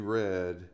read